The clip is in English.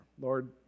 Lord